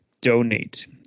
Donate